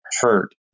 hurt